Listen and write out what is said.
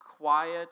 quiet